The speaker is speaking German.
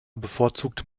bevorzugt